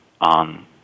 on